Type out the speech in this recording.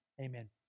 amen